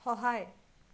সহায়